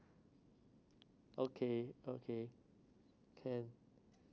okay okay can